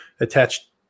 attached